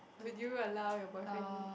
would you allow your boyfriend